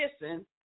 listen